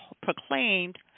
proclaimed